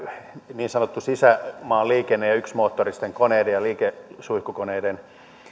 niin sanottu sisämaan liikenne ja yksimoottoristen koneiden ja liikesuihkukoneiden